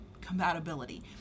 compatibility